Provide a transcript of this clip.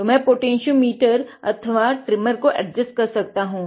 तो मैं potentiometer अथवा ट्रिमर को एडजस्ट कर सकता हूँ